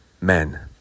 men